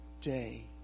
day